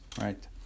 right